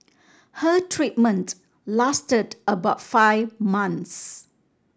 her treatment lasted about five months